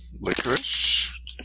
licorice